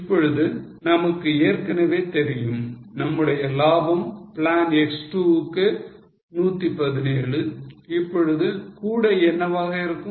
இப்பொழுது நமக்கு ஏற்கனவே தெரியும் நம்முடைய லாபம் plan X 2 க்கு 117 இப்பொழுது கூடை என்னவாக இருக்கும்